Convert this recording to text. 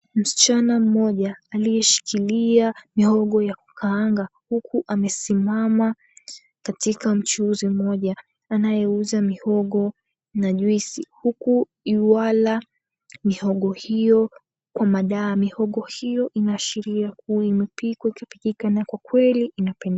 Msichana mmoja aliyeshikilia mihogo ya kukaanga, huku amesimama katika mchuuzi mmoja anayeuza mihogo na juice , huku yuala mihogo hiyo kwa madawa. Mihogo hiyo inaashiria kuwa imepikwa ikapikika, na kwa kweli inapendeza.